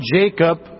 Jacob